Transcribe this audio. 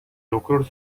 lucruri